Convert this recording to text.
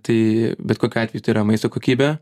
tai bet kokiu atveju tai yra maisto kokybė